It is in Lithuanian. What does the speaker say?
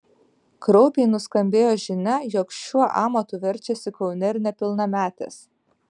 kraupiai nuskambėjo žinia jog šiuo amatu verčiasi kaune ir nepilnametės